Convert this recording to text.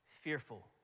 fearful